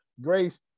Grace